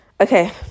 Okay